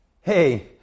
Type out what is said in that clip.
hey